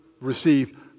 receive